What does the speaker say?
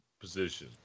position